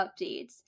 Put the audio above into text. updates